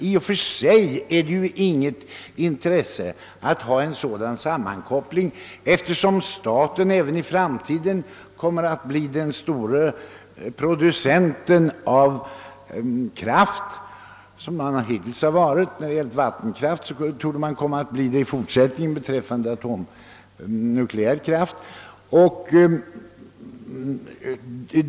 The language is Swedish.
I och för sig är det inte av något intresse att ha en sådan sammankoppling, eftersom staten i framtiden kommer att bli den stora producenten av nukleär kraft, liksom staten varit det hittills i fråga om vattenkraft.